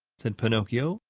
said pinocchio,